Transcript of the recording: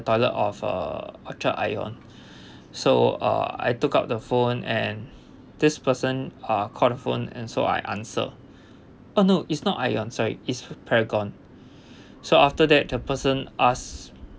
toilet of err orchard ion so uh I took up the phone and this person uh called the phone and so I answer uh no it's not ion sorry it's paragon so after that the person ask